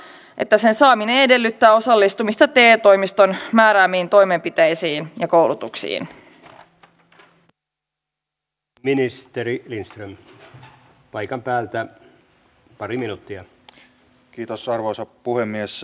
toisaalta täytyy huomauttaa että samaan aikaan kun meillä on näitä jälkipalveluita turvakoti on sellainen niin meillä ei ole riittävän paljon ennalta ehkäiseviä palveluja näille perheille eikä missään nimessä näille uhreille